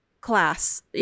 class